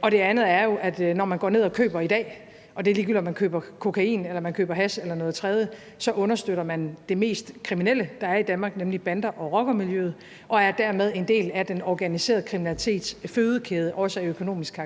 bekymring er jo, at når man går ned og køber i dag – og det er ligegyldigt, om man køber kokain eller hash eller noget tredje – så understøtter man det mest kriminelle, der er i Danmark, nemlig bander og rockermiljøet, og er dermed en del af den organiserede kriminalitets fødekæde, også økonomisk.